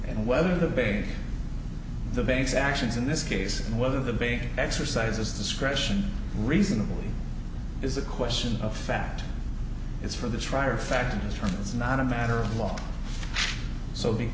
and whether the bank the banks actions in this case and whether the baby exercises discretion reasonable is a question of fact is for the trier of fact it's not a matter of law so b